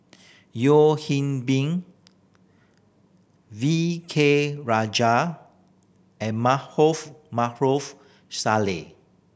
Yeo Hwee Bin V K Rajah and Maarof Salleh